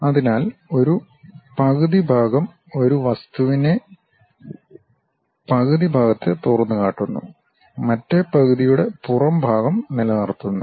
അതിനാൽ ഒരു പകുതി ഭാഗം ഒരു വസ്തുവിന്റെ പകുതി ഭാഗത്തെ തുറന്നുകാട്ടുന്നു മറ്റേ പകുതിയുടെ പുറംഭാഗം നിലനിർത്തുന്നു